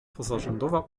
pozarządowa